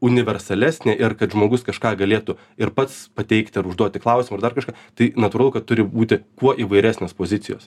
universalesnė ir kad žmogus kažką galėtų ir pats pateikti ar užduoti klausimą ar dar kažką tai natūralu kad turi būti kuo įvairesnės pozicijos